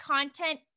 content